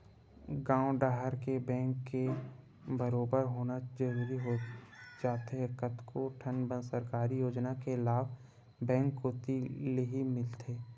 गॉंव डहर के बेंक के बरोबर होना जरूरी हो जाथे कतको ठन सरकारी योजना के लाभ बेंक कोती लेही मिलथे